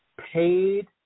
paid